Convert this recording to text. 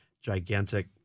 gigantic